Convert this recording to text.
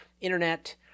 internet